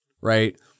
right